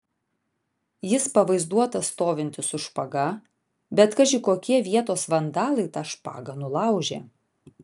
jis pavaizduotas stovintis su špaga bet kaži kokie vietos vandalai tą špagą nulaužė